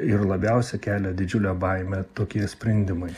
ir labiausiai kelia didžiulę baimę tokie sprendimai